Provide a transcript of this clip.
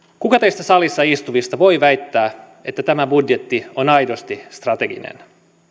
kuka teistä salissa istuvista voi väittää että tämä budjetti on aidosti strateginen